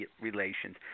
relations